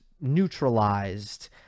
neutralized